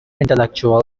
intellectual